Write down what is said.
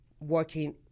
working